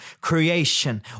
creation